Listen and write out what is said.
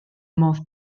modd